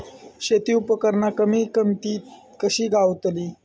शेती उपकरणा कमी किमतीत कशी गावतली?